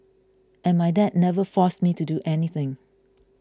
and my dad never forced me to do anything